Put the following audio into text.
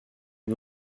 une